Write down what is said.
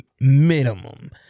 minimum